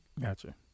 Gotcha